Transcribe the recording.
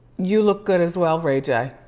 you look good as well, ray j.